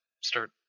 start